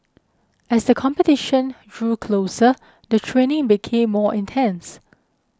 as the competition drew closer the training became more intense